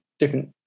different